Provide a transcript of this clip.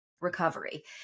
recovery